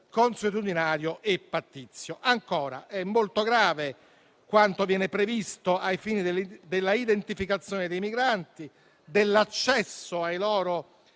consuetudinario e pattizio. Ancora, è molto grave quanto viene previsto ai fini, della identificazione dei migranti, dell'accesso ai loro